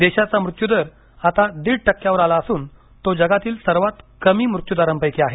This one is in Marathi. देशाचा मृत्यू दर आता दीड टक्क्यावर आला असून तो जगातील सर्वात कमी मृत्यूदरांपैकी आहे